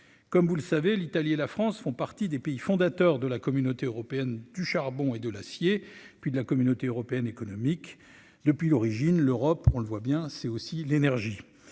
comme vous le savez, l'Italie et la France font partie des pays fondateurs de la Communauté européenne du charbon et de l'acier, puis de la communauté européenne économique depuis l'origine, l'Europe, on le voit bien, c'est aussi l'énergie,